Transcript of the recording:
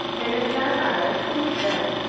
and if not ours, whose then?